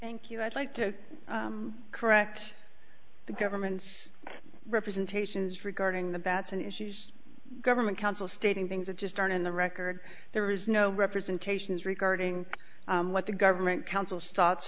thank you i'd like to correct the government's representations regarding the batson issues government council stating things that just aren't in the record there is no representations regarding what the government council's thoughts